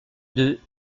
deux